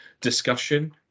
discussion